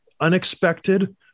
unexpected